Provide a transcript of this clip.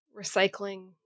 recycling